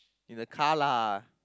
in the car lah